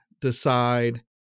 decide